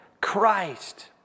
Christ